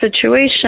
situation